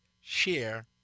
share